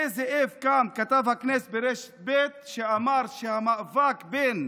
זאב קם, כתב הכנסת ברשת ב', שאמר שהמאבק בין